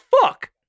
fuck